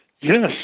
Yes